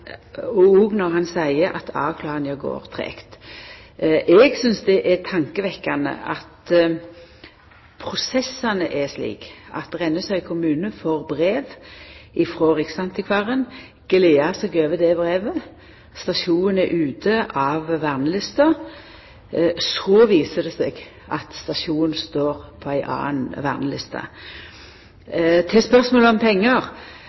avklaringa går tregt. Eg synest det er tankevekkjande at prosessane er slik at Rennesøy kommune får brev frå Riksantikvaren, gleder seg over det brevet – stasjonen er ute av vernelista. Så viser det seg at stasjonen står på ei anna verneliste. Til spørsmålet om pengar: